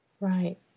Right